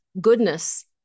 goodness